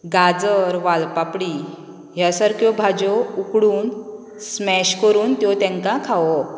गाजर वालपापडी ह्या सारक्यो भाजयो उकडून त्यो स्मेश करून त्यो तांकां खावोवप